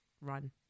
run